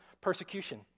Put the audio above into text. persecution